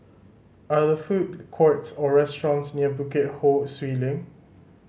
are there food courts or restaurants near Bukit Ho Swee Link